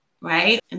right